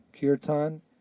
Kirtan